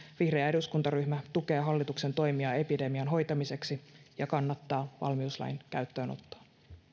vihreä eduskuntaryhmä tukee hallituksen toimia epidemian hoitamiseksi ja kannattaa valmiuslain käyttöönottoa